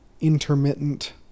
intermittent